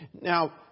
Now